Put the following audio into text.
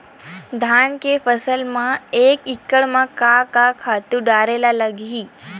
धान के फसल म एक एकड़ म का का खातु डारेल लगही?